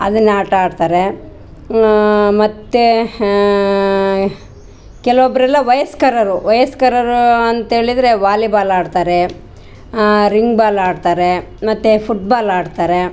ಅದನ್ನ ಆಟ ಆಡ್ತಾರೆ ಮತ್ತು ಕೆಲೊಬ್ರೆಲ್ಲ ವಯಸ್ಕರರು ವಯಸ್ಕರರು ಅಂತೆಳಿದರೆ ವಾಲಿಬಾಲ್ ಆಡ್ತಾರೆ ರಿಂಗ್ಬಾಲ್ ಆಡ್ತಾರೆ ಮತ್ತು ಫುಟ್ಬಾಲ್ ಆಡ್ತಾರೆ